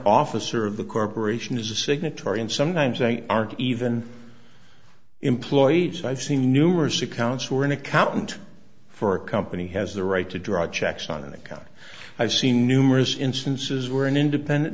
officer of the corporation is a signatory and sometimes they aren't even employed so i've seen numerous accounts who are an accountant for a company has the right to draw checks on an account i've seen numerous instances where an independent